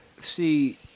see